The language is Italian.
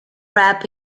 rap